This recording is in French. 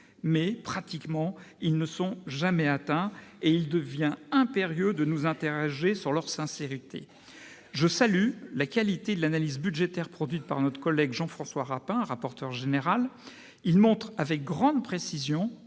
mais, pratiquement, ils ne sont jamais atteints et il devient impérieux de nous interroger sur leur sincérité. Je salue la qualité de l'analyse budgétaire produite par notre collègue Jean-François Rapin, rapporteur spécial de la commission